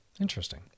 Interesting